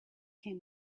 came